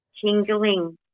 Tingling